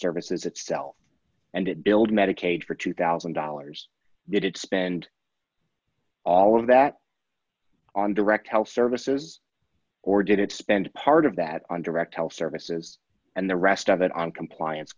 services itself and it billed medicaid for two thousand dollars did it spend all of that on direct health services or did it spend part of that on direct health services and the rest of it on compliance